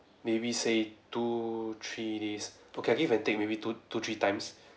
maybe say two three days okay I give and take maybe two three times